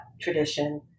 tradition